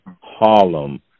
Harlem